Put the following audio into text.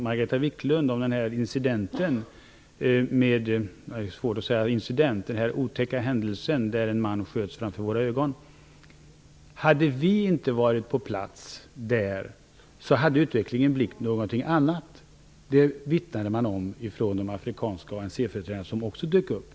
Margareta Viklund berättade tidigare om den otäcka händelse då en man sköts framför våra ögon. Om vi inte hade varit på plats där hade utvecklingen blivit en annan. Det omvittnades av de ANC-företrädare som också dök upp.